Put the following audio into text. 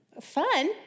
fun